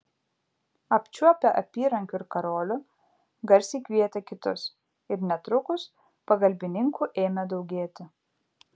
apčiuopę apyrankių ir karolių garsiai kvietė kitus ir netrukus pagalbininkų ėmė daugėti